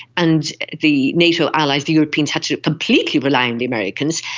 and the nato allies, the europeans had to completely rely on the americans,